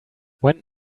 when